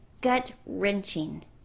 gut-wrenching